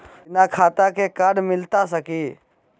बिना खाता के कार्ड मिलता सकी?